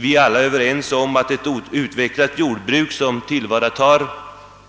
Vi är alla överens om att ett utvecklat jordbruk, som tillvaratar